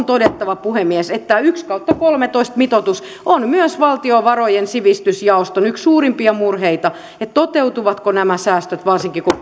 todettava puhemies että yksi kautta kolmetoista mitoitus on myös valtiovarojen sivistysjaoston yksiä suurimpia murheita toteutuvatko nämä säästöt varsinkin kun